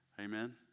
Amen